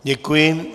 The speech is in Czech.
Děkuji.